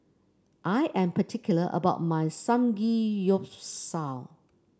I am particular about my Samgeyopsal